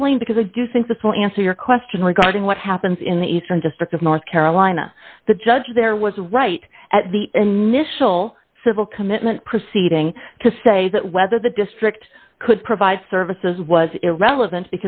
explain because i do think this will answer your question regarding what happens in the eastern district of north carolina the judge there was right at the end mishal civil commitment proceeding to say that whether the district could provide services was irrelevant